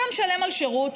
אתה משלם על שירות,